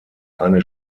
eine